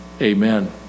amen